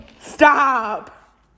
stop